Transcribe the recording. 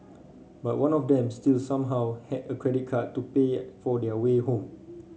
but one of them still somehow had a credit card to pay for their way home